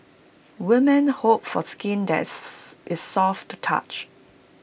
women hope for skin that's is soft to the touch